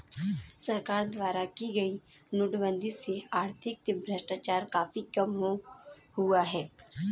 सरकार द्वारा की गई नोटबंदी से आर्थिक भ्रष्टाचार काफी कम हुआ है